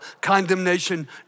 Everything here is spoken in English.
condemnation